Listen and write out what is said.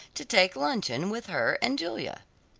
to take luncheon with her and julia.